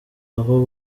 aho